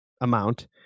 amount